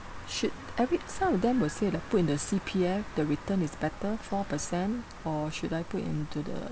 should I read some of them will say that put in the C_P_F the return is better four percent or should I put into the